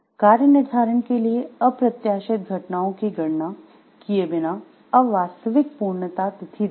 कार्य निर्धारण के लिए अप्रत्याशित घटनाओं की गणना किये बिना अवास्तविक पूर्णता तिथि देना